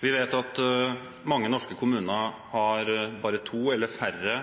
Vi vet at mange norske kommuner har bare to eller færre